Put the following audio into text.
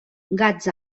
gats